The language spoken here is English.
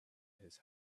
his